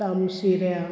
तामशिऱ्या